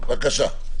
בבקשה.